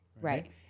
right